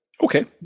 Okay